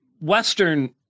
Western